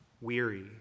weary